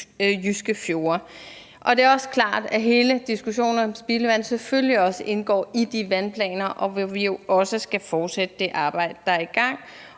Det er også klart, at hele diskussionen om spildevand selvfølgelig også indgår i de vandplaner, hvor vi jo også skal fortsætte det arbejde, der er i gang.